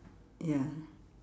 ya